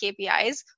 KPIs